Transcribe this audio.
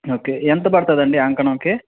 okay ఎంత పడుతుందండి అంకణంకి